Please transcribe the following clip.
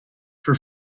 for